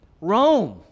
Rome